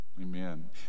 Amen